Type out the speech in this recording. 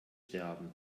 sterben